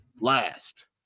last